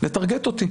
לטרגט אותי.